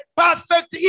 perfect